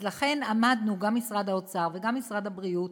אז לכן עמדנו, גם משרד האוצר וגם משרד הבריאות,